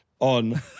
On